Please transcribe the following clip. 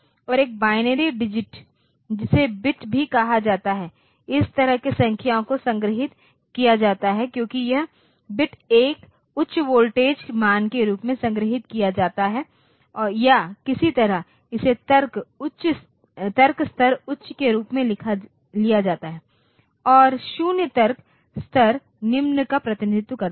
और एक binary digit जिसे बिट भी कहा जाता है इस तरह से संख्याओं को संग्रहीत किया जाता है क्योंकि यह बिट 1 उच्च वोल्टेज मान के रूप में संग्रहीत किया जाता है या किसी तरह इसे तर्क स्तर उच्च के रूप में लिया जाता है और 0 तर्क स्तर निम्न का प्रतिनिधित्व करता है